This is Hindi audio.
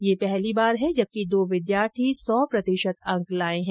यह पहली बार है जबकि दो विद्यार्थी सौ प्रतिशत अंक लाये है